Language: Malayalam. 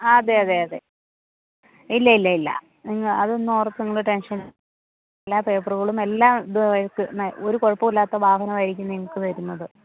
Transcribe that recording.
അതെ അതെ അതെ ഇല്ല ഇല്ല ഇല്ല നിങ്ങൾ അതൊന്നും ഓർത്ത് നിങ്ങൾ ടെൻഷൻ എല്ലാ പേപ്പറുകളും എല്ലാം ഒരു കുഴപ്പവും ഇല്ലാത്ത വാഹനം ആയിരിക്കും നിങ്ങൾക്ക് തരുന്നത്